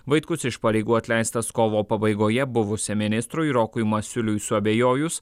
vaitkus iš pareigų atleistas kovo pabaigoje buvusiam ministrui rokui masiuliui suabejojus